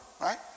right